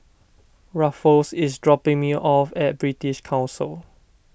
Rufus is dropping me off at British Council